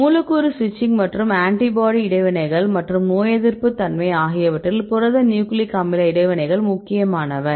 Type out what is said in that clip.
மூலக்கூறு சுவிட்சிங் மற்றும் ஆன்டிபாடி இடைவினைகள் மற்றும் நோயெதிர்ப்பு தன்மை ஆகியவற்றில் புரத நியூக்ளிக் அமில இடைவினைகள் முக்கியமானவை